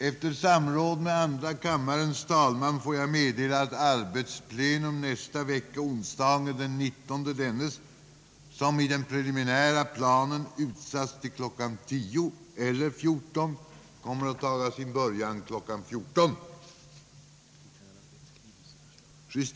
Efter samråd med andra kammarens talman får jag meddela att arbetsplenum nästa vecka, onsdagen den 19 dennes, som i den preliminära planen ut